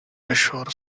ashore